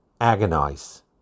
agonize